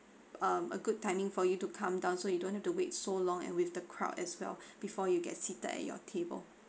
um a good timing for you to come down so you don't have to wait so long and with the crowd as well before you get seated at your table